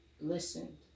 listened